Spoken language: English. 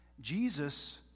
Jesus